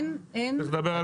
צריך לדבר על הכול.